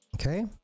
Okay